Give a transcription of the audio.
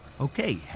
Okay